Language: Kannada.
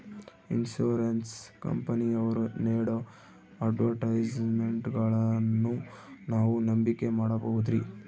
ಇನ್ಸೂರೆನ್ಸ್ ಕಂಪನಿಯವರು ನೇಡೋ ಅಡ್ವರ್ಟೈಸ್ಮೆಂಟ್ಗಳನ್ನು ನಾವು ನಂಬಿಕೆ ಮಾಡಬಹುದ್ರಿ?